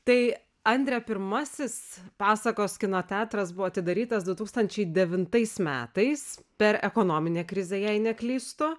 tai andre pirmasis pasakos kino teatras buvo atidarytas du tūkstančiai devintais metais per ekonominę krizę jei neklystu